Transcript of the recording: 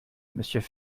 monsieur